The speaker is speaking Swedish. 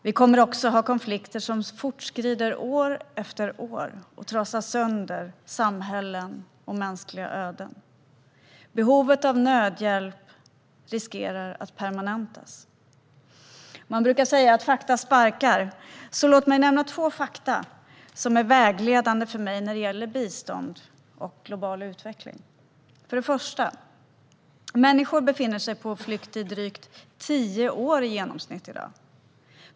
Det kommer också att finnas konflikter som fortskrider år efter år och trasar samhällen och mänskliga öden. Behovet av nödhjälp riskerar att permanentas. Man brukar säga att fakta sparkar, så låt mig nämna två fakta som är vägledande för mig när det gäller bistånd och global utveckling. För det första: Människor befinner sig på flykt i drygt tio år i genomsnitt i dag.